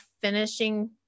finishing